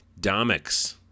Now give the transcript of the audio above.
domics